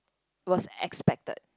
was expected